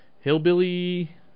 hillbilly